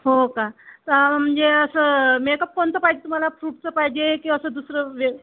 हो का म्हणजे असं मेकअप कोणतं पाहिजे तुम्हाला फ्रूटचं पाहिजे की असं दुसरं वे